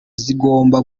zigomba